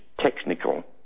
technical